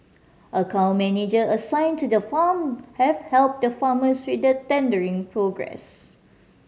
account manager assigned to the farm have helped the farmers with the tendering process